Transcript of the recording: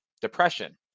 depression